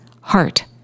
heart